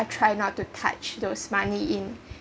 I try not to touch those money in